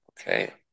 Okay